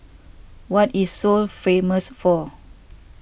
what is Seoul famous for